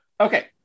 Okay